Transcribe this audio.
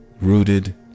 rooted